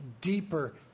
deeper